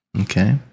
Okay